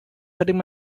hurting